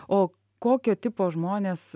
o kokio tipo žmonės